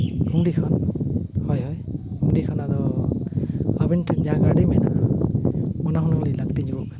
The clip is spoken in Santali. ᱠᱩᱢᱰᱤ ᱠᱷᱚᱱ ᱦᱚᱭ ᱦᱚᱭ ᱠᱩᱢᱰᱤ ᱠᱷᱚᱱ ᱟᱫᱚ ᱟᱵᱮᱱ ᱴᱷᱮᱱ ᱡᱟᱦᱟᱸ ᱜᱟᱹᱰᱤ ᱢᱮᱱᱟᱜᱼᱟ ᱚᱱᱟ ᱦᱩᱱᱟᱹᱝ ᱞᱤᱧ ᱞᱟᱹᱠᱛᱤ ᱧᱚᱜᱚᱜ ᱠᱟᱱᱟ